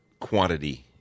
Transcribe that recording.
quantity